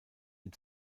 ihn